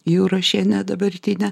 jurašienę dabartinę